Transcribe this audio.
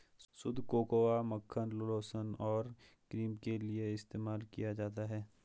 शुद्ध कोकोआ मक्खन लोशन और क्रीम के लिए इस्तेमाल किया जाता है